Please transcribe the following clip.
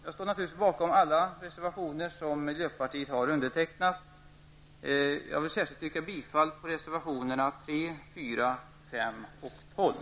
Jag står naturligtvis bakom alla reservationer som jag har undertecknat. Jag vill särskilt yrka bifall till reservationerna 3, 4, 5 och 12.